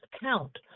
count